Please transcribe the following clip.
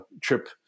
trip